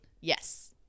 yes